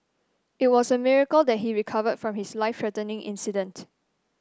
it was a miracle that he recovered from his life threatening incident